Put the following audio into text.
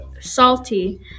salty